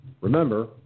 remember